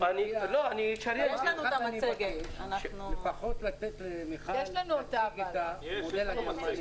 רק מבקש לפחות לתת למיכל פינק להציג את המודל הגרמני.